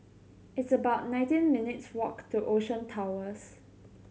it's about nineteen minutes' walk to Ocean Towers